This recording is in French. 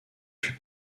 fut